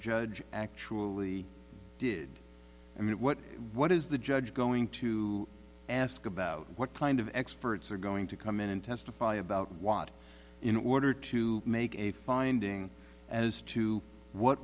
judge actually did i mean what what is the judge going to ask about what kind of experts are going to come in and testify about what in order to make a finding as to what